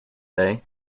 day